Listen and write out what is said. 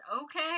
Okay